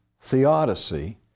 theodicy